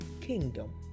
kingdom